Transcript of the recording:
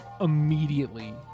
immediately